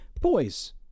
boys